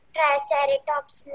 Triceratops